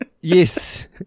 Yes